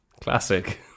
Classic